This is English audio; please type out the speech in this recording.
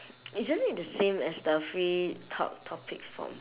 isn't it the same as the free top~ topics form